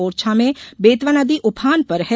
ओरछा में बेतवा नदी उफान पर है